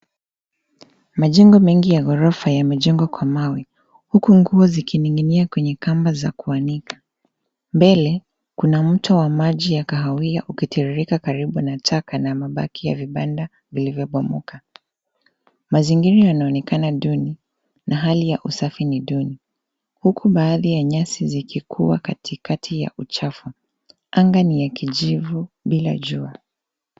Majengo mengi ya ghorofa yamejengwa kwa mawe huku nguo zikining'inia kwenye kamba za kuanika. Mbele kuna mto wa maji ya kahawia ukitiririka karibu na taka na mabaki ya vibanda vilivyobomoka. Mazingira yanaonekana duni, na hali ya usafi ni duni. Huku baadhi ya nyasi zikikua katikati ya uchafu. Anga ni ya kijivu bila jua.